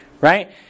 right